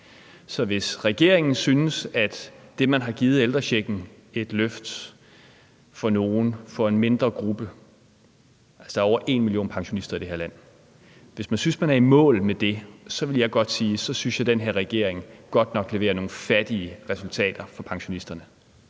Så hvis regeringen synes, at det, at man har givet ældrechecken et løfte for en mindre gruppe – altså, der er over en million pensionister i det her land – gør, at man er i mål med det, vil jeg godt sige, at jeg synes, at den her regering godt nok leverer nogle fattige resultater for pensionisterne.